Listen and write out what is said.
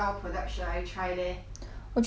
我觉得你用那种 liquid 的 lor 那种